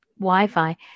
Wi-Fi